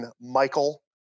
Michael